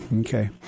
Okay